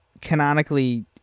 canonically